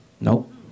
Nope